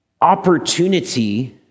opportunity